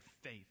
faith